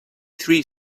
three